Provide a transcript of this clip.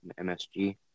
MSG